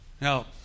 Now